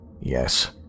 Yes